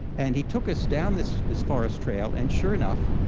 and he took us down this this forest trail and, sure enough,